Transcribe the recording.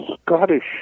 Scottish